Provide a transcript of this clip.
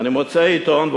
אני מוצא עיתון,